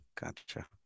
gotcha